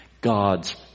God's